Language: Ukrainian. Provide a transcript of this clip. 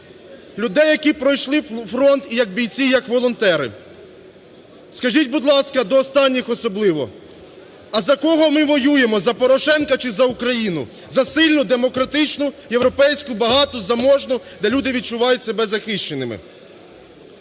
людей, які пройшли фронт і як бійці, і як волонтери. Скажіть, будь ласка, до останніх особливо, а за кого ми воюємо: за Порошенка чи за Україну? За сильну демократичну європейську багату, заможну, де люди відчувають себе захищеними.